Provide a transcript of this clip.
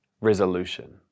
resolution